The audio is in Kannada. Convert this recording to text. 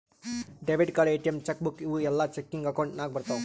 debit card, ATM, cheque book ಇವೂ ಎಲ್ಲಾ ಚೆಕಿಂಗ್ ಅಕೌಂಟ್ ನಾಗ್ ಬರ್ತಾವ್